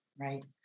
right